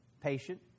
patient